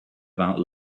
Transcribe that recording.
about